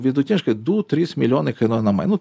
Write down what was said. vidutiniškai du trys milijonai kainuoja namai nu